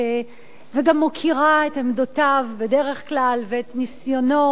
וגם מוקירה את עמדותיו בדרך כלל ואת ניסיונו